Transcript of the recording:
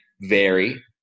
vary